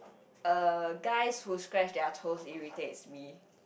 uh guys who scratch their toes irritates me